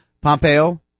Pompeo